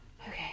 Okay